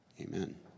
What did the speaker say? amen